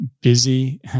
busy